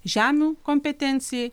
žemių kompetencijai